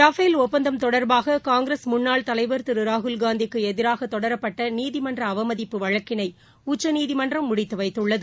Rafale தொடர்பாககாங்கிரஸ் ஒப்பந்தம் முன்னாள் தலைவர் திருராகுல்காந்திக்குஎதிராகதொடரப்பட்டநீதிமன்றஅவமதிப்பு வழக்கினைஉச்சநீதிமன்றம் முடித்துவைத்துள்ளது